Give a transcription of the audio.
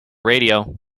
radio